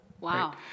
Wow